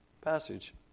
passage